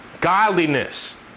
godliness